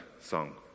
song